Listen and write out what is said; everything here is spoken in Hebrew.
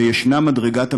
וישנה מדרגת המדיניות,